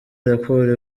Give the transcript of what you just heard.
raporo